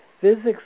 physics